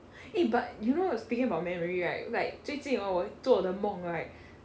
eh but you know uh speaking about memory right like 最近 hor 我做的梦 right